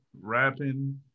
rapping